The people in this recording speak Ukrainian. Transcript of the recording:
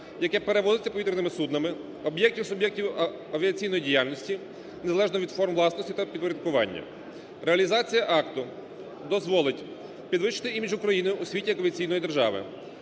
яке перевозиться повітряними суднами, об'єктів, суб'єктів авіаційної діяльності незалежно від форм власності та підпорядкування. Реалізація акту дозволить підвищити імідж України у світі як авіаційної держави,